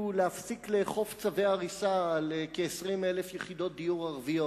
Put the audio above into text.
להפסיק לאכוף צווי הריסה על כ-20,000 יחידות דיור ערביות.